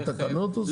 בתקנות עושה את זה?